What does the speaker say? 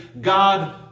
God